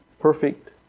perfect